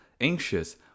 anxious